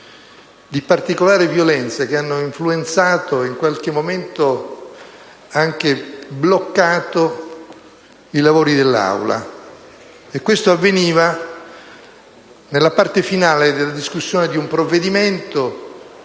di particolare violenza che hanno influenzato e, in qualche momento, anche bloccato i lavori dell'Aula. Questo avveniva nella parte finale della discussione di un provvedimento